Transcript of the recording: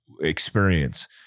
experience